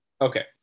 Okay